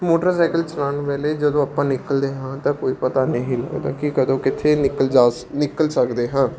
motorcycle ਚਲਾਉਣ ਵੇਲੇ ਜਦੋਂ ਆਪਾਂ ਨਿਕਲਦੇ ਹਾਂ ਤਾਂ ਕੋਈ ਪਤਾ ਨਹੀਂ ਲੱਗਦਾ ਕਿ ਕਦੋਂ ਕਿੱਥੇ ਨਿਕਲ ਜਾ ਨਿਕਲ ਸਕਦੇ ਹਾਂ